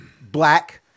black